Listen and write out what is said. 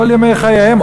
כל ימי חייהם,